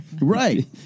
Right